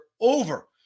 over